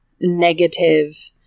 negative